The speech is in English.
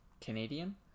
Canadian